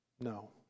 No